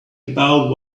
about